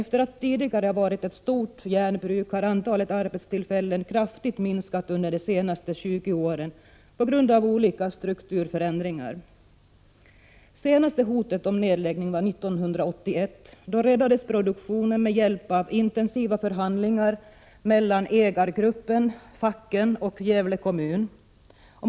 Forsbacka har tidigare varit ett stort järnbruk, men antalet arbetstillfällen har kraftigt minskat under de senaste 20 åren på grund av olika strukturförändringar. Det senaste hotet om nedläggning var 1981. Då räddades produktionen med hjälp av intensiva förhandlingar mellan ägargruppen, facken och Gävle kommun.